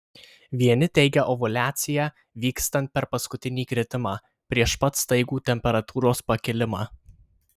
vieni teigia ovuliaciją vykstant per paskutinį kritimą prieš pat staigų temperatūros pakilimą